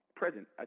present